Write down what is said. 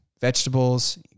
vegetables